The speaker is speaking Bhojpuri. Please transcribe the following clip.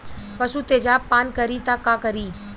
पशु तेजाब पान करी त का करी?